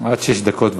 עד שש דקות.